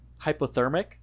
hypothermic